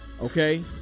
Okay